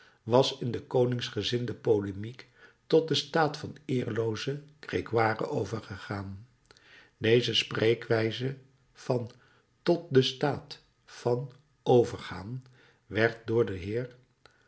was in de koningsgezinde polemiek tot den staat van eerloozen grégoire overgegaan deze spreekwijze van tot den staat van overgaan werd door den heer